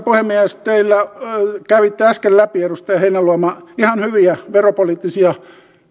puhemies kävitte äsken läpi edustaja heinäluoma ihan hyviä veropoliittisia